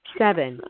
seven